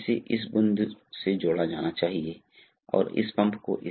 इसलिए क्योंकि सामान्य रूप से स्थिर दबाव के लिए यहाँ द्रव दबाव और यहाँ द्रव दबाव समान हैं